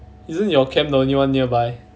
isn't your camp the only one nearby